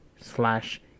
slash